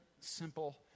simple